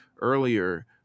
earlier